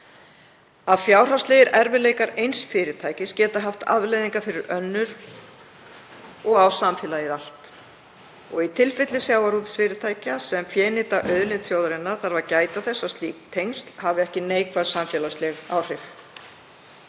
að fjárhagslegir erfiðleikar eins fyrirtækis geta haft afleiðingar fyrir önnur og á samfélagið allt. Í tilfelli sjávarútvegsfyrirtækja sem fénýta auðlind þjóðarinnar þarf að gæta þess að slík tengsl hafi ekki neikvæð samfélagsleg áhrif.